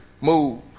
move